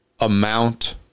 amount